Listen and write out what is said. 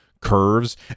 curves